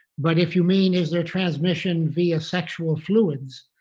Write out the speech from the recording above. but if you mean is there transmission via sexual fluids,